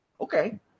Okay